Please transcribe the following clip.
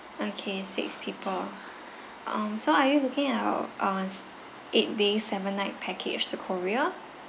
okay six people um so are you looking at uh uh eight day seven night package to korea